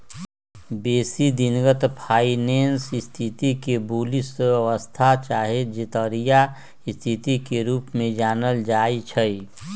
बेशी दिनगत फाइनेंस स्थिति के बुलिश अवस्था चाहे तेजड़िया स्थिति के रूप में जानल जाइ छइ